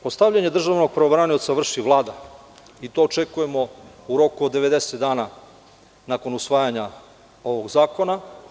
Postavljanje državnog pravobranioca vrši Vlada i to očekujemo u roku od 90 dana nakon usvajanja ovog zakona.